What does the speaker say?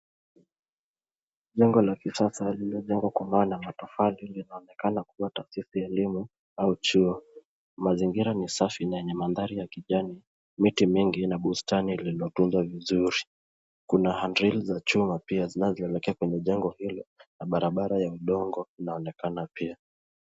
Jengo la kisasa lililojengwa kwa mawe na matofali linaonekana kuwa taasisi ya elimu au chuo. Mazingira ni safi na yenye mandhari ya kijani, miti mingi na bustani lilotunzwa vizuri. Kuna handrail za chuma pia zinazotokea kwenye jengo hilo na barabara ya udongo inaonekana pia.